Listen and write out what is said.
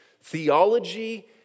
theology